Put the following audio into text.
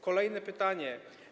Kolejne pytanie.